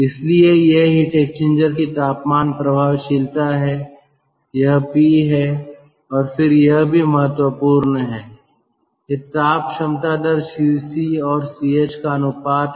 इसलिए यह heat exchanger की तापमान प्रभावशीलता है यह पी है और फिर यह भी महत्वपूर्ण है यह ताप क्षमता दर Cc और Ch का अनुपात है